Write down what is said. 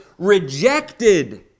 rejected